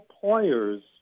players